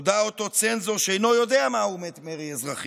הודה אותו צנזור שהוא אינו יודע מהו מרי אזרחי.